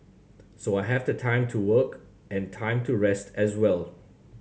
so I have the time to work and time to rest as well